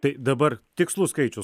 tai dabar tikslus skaičius